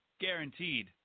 Guaranteed